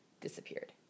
disappeared